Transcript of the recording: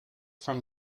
from